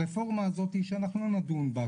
הרפורמה הזאת שאנחנו לא נדון בה,